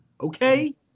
okay